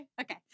Okay